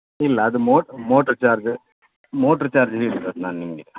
ಇಲ್ಲ ಅದು motor charge motor charge ಹೇಳಿದ್ದದ್ ನಾನು ನಿಮಗೆ